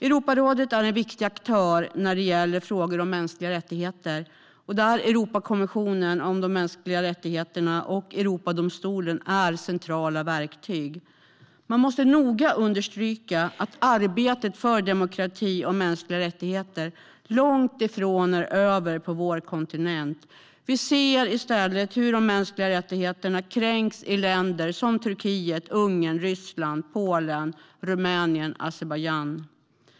Europarådet är en viktig aktör när det gäller frågor om mänskliga rättigheter, där Europakonventionen om de mänskliga rättigheterna och Europadomstolen är centrala verktyg. Man måste noga understryka att arbetet för demokrati och mänskliga rättigheter långt ifrån är över på vår kontinent. Vi ser i stället hur de mänskliga rättigheterna kränks i länder som Turkiet, Ungern, Ryssland, Polen, Rumänien och Azerbajdzjan.